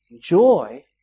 Joy